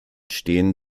stehen